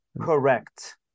Correct